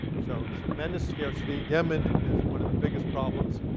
so tremendous scarcity. yemen is one of the biggest problems.